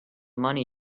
money